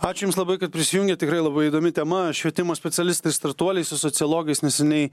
ačiū jums labai kad prisijungėt tikrai labai įdomi tema švietimo specialistai startuoliais ir sociologais neseniai